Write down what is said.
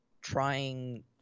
trying